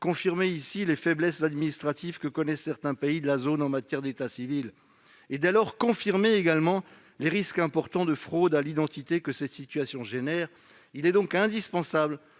confirmer ici les faiblesses administratives que connaissent certains pays de la zone en matière d'état civil et, dès lors, confirmer les risques importants de fraude à l'identité que cette situation génère. Il est donc indispensable